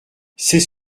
c’est